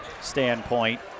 standpoint